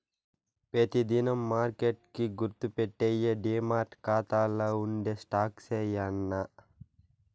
పెతి దినం మార్కెట్ కి గుర్తుపెట్టేయ్యి డీమార్ట్ కాతాల్ల ఉండే స్టాక్సే యాన్నా